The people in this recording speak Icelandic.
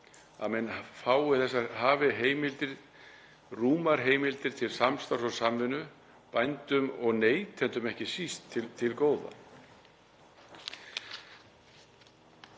að menn fái þessar heimildir, rúmar heimildir til samstarfs og samvinnu, bændum og neytendum ekki síst til til góða.